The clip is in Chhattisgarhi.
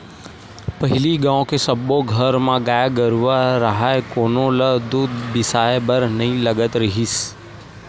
पहिली गाँव के सब्बो घर म गाय गरूवा राहय कोनो ल दूद बिसाए बर नइ लगत रिहिस